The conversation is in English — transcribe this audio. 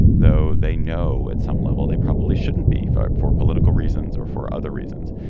though they know at some level they probably shouldn't be for for political reasons or for other reasons.